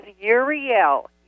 Uriel